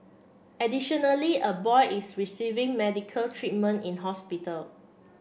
additionally a boy is receiving medical treatment in hospital